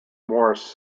morris